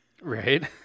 right